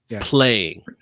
playing